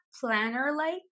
planner-like